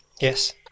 Yes